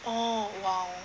oh !wow!